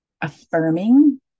affirming